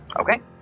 Okay